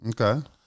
okay